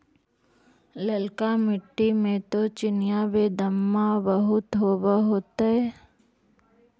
ललका मिट्टी मे तो चिनिआबेदमां बहुते होब होतय?